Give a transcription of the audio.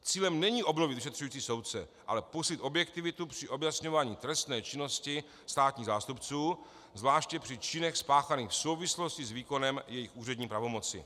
Cílem není obnovit vyšetřující soudce, ale posílit objektivitu při objasňování trestné činnosti státních zástupců, zvláště při činech spáchaných v souvislosti s výkonem jejich úřední pravomoci.